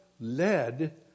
led